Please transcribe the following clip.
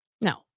No